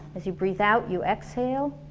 as you breath out, you exhale